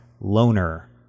Loner